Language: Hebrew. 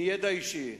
מידע אישי,